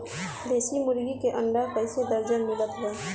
देशी मुर्गी के अंडा कइसे दर्जन मिलत बा आज कल?